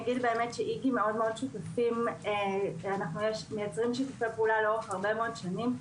איג"י מייצרים שיתופי פעולה לאורך הרבה מאוד שנים.